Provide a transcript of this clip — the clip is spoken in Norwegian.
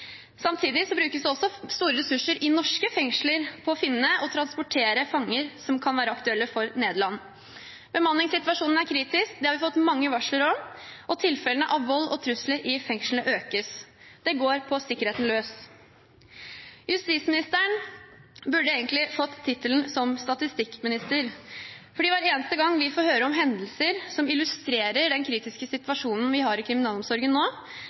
Samtidig brukes det også store ressurser i norske fengsler på å finne og transportere fanger som kan være aktuelle for Nederland. Bemanningssituasjonen er kritisk – det har vi fått mange varsler om – og antall tilfeller av vold og trusler i fengslene øker. Det går på sikkerheten løs. Justisministeren burde egentlig fått tittelen statistikkminister, for hver eneste gang vi får høre om hendelser som illustrerer den kritiske situasjonen vi har i kriminalomsorgen nå,